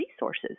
resources